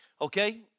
Okay